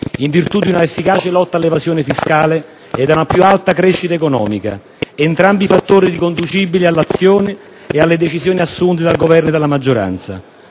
in virtù di un'efficace lotta all'evasione fiscale e di una più alta crescita economica; entrambi i fattori sono riconducibili all'azione e alle decisioni assunte dal Governo e dalla maggioranza.